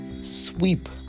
Sweep